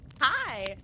Hi